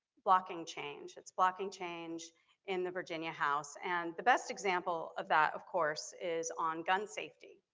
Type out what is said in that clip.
blocking change. its blocking change in the virginia house. and the best example of that of course is on gun safety.